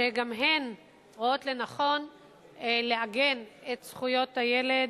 שגם הן רואות לנכון לעגן את זכויות הילד